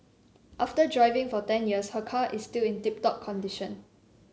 after driving for ten years her car is still in tip top condition